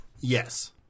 Yes